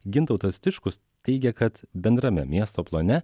gintautas tiškus teigia kad bendrame miesto plane